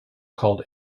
called